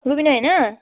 रुबिना होइन